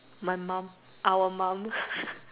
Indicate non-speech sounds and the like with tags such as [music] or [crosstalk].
my mom our mom [laughs]